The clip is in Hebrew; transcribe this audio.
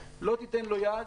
לא תיתן לו יד,